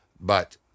But-